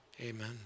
amen